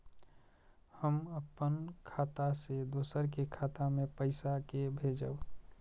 हम अपन खाता से दोसर के खाता मे पैसा के भेजब?